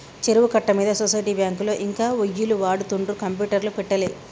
చెరువు కట్ట మీద సొసైటీ బ్యాంకులో ఇంకా ఒయ్యిలు వాడుతుండ్రు కంప్యూటర్లు పెట్టలే